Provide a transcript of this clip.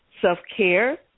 self-care